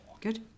Good